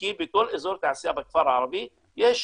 כי בכל אזור תעשייה בכפר ערבי יש